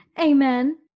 amen